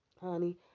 honey